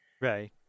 Right